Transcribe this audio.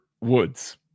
Woods